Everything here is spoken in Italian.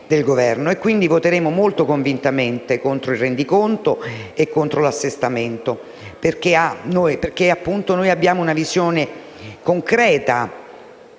del Governo. Quindi, voteremo molto convintamente contro il Rendiconto e contro l'Assestamento, perché abbiamo una visione concreta